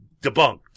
debunked